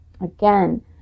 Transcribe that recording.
again